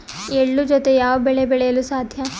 ಎಳ್ಳು ಜೂತೆ ಯಾವ ಬೆಳೆ ಬೆಳೆಯಲು ಸಾಧ್ಯ?